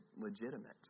legitimate